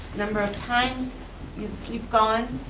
number of times you've you've gone,